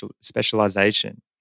specialization